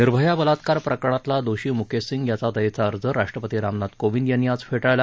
निर्भया बलात्कार प्रकरणातला दोषी मुकेश सिंग याचा दयेचा अर्ज राष्ट्रपती रामनाथ कोविंद यांनी आज फेटाळला